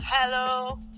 Hello